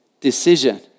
decision